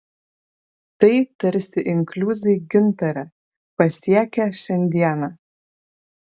tai tarsi inkliuzai gintare pasiekę šiandieną